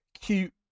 cute